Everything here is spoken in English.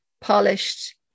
polished